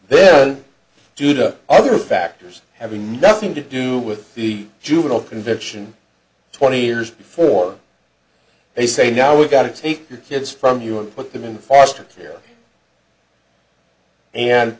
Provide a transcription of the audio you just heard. they do to other factors having nothing to do with the juvenile conviction twenty years before they say now we've got to take the kids from you and put them in foster care and